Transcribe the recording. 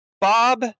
Bob